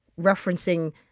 referencing